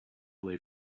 late